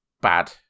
bad